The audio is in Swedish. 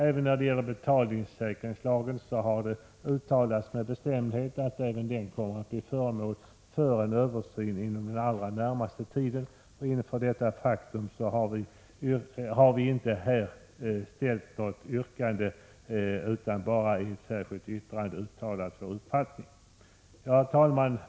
Även när det gäller betalningssäkringslagen har det med bestämdhet uttalats att denna kommer att bli föremål för en översyn inom den allra närmaste tiden. Inför detta faktum har vi inte ställt något yrkande, utan bara i ett särskilt yttrande uttalat vår uppfattning. Herr talman!